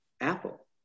Apple